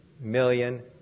million